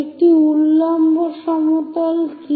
একটি উল্লম্ব সমতল কি